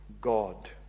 God